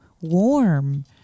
warm